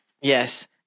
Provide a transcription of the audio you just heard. Yes